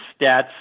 stats